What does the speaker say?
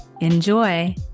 enjoy